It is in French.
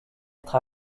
être